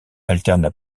alternent